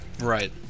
Right